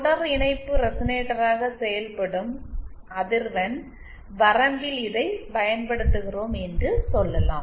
தொடர் இணைப்பு ரெசனேட்டராக செயல்படும் அதிர்வெண் வரம்பில் இதைப் பயன்படுத்துகிறோம் என்று சொல்லலாம்